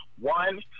One